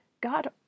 God